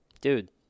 dude